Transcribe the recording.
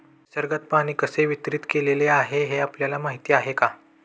निसर्गात पाणी कसे वितरीत केलेले आहे हे आपल्याला माहिती आहे का?